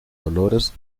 dolores